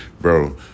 bro